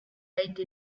été